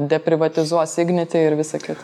deprivatizuos ignitį ir visa kita